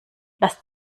lass